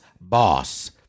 boss